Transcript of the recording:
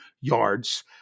yards